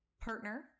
partner